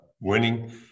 Winning